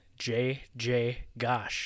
JJGosh